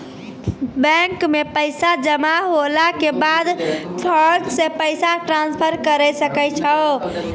bank मे पैसा जमा होला के बाद फोन से पैसा ट्रांसफर करै सकै छौ